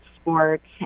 sports